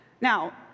Now